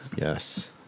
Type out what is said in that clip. Yes